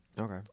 Okay